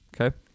Okay